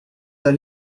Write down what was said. d’un